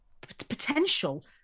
potential